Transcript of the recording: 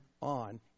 on